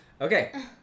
Okay